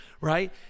right